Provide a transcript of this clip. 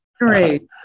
Great